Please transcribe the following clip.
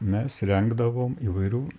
mes rengdavom įvairių